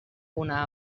una